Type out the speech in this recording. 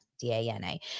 D-A-N-A